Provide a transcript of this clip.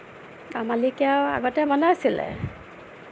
অ মালিকে আৰু আগতে বনাইছিলে